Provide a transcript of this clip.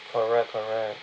correct correct